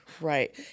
Right